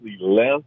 left